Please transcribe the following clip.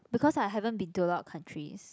because I haven't been to a lot of countries